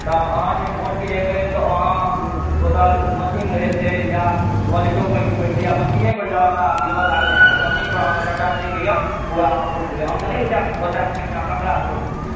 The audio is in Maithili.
तऽ अहाँ जे वोट गिरेबै तऽ अहाँ ओतऽ मशीन रहै छै या वालेटो पर गिरबै छी या मशीने पर ज़्यादा सभ गिरबै लागलै हँ तऽ मशीन पर आब जेकरा दय कऽ यऽ ओकरा अहाँ वोट देबै हम तऽ नहि बता सकै छी अहाँ केकरा देबै वोट